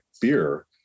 beer